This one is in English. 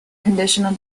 conditional